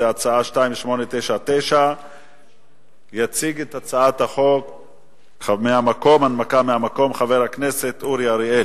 זאת הצעה 2899. יציג את הצעת החוק בהנמקה מהמקום חבר הכנסת אורי אריאל.